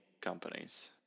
companies